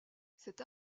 cette